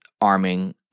arming